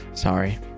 Sorry